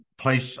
place